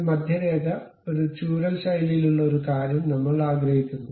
ഒരു മധ്യരേഖാ ഒരു ചൂരൽ ശൈലിയിലുള്ള ഒരു കാര്യം നമ്മൾ ആഗ്രഹിക്കുന്നു